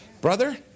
Brother